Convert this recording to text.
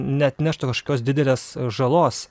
neatneštų kažkokios didelės žalos